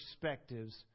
perspectives